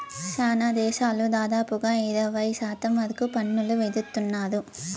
శ్యానా దేశాలు దాదాపుగా ఇరవై శాతం వరకు పన్నులు విధిత్తున్నారు